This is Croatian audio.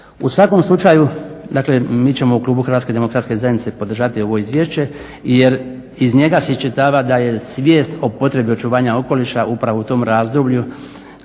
U svakom slučaju, dakle mi ćemo u klubu Hrvatske demokratske zajednice podržati ovo Izvješće jer iz njega se iščitava da je svijest o potrebi očuvanja okoliša upravo u tom razdoblju